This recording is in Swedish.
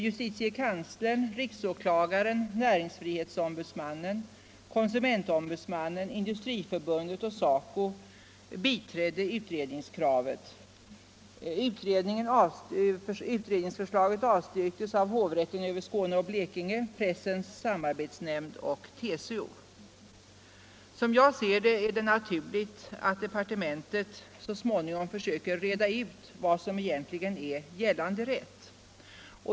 Justitiekanslern, riksåklagaren, näringsfrihetsombudsmannen, konsumentombudsmannen, Industriförbundet och SACO biträdde utredningsförslaget, medan det avstyrktes av hovrätten över Skåne och Blekinge, Pressens samarbetsnämnd och TCO. Som jag ser det är det naturligt att departementet så småningom försöker reda ut vad som egentligen är gällande rätt.